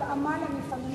רוצה לעשות הלאמה למפעלים